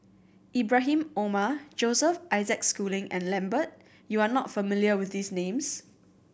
Ibrahim Omar Joseph Isaac Schooling and Lambert you are not familiar with these names